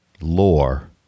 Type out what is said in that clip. lore